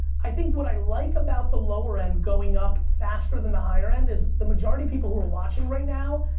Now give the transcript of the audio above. i think what i like about the lower end going up faster than the higher end is the majority of people who are watching right now,